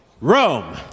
Rome